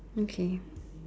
okay